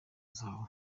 zahabu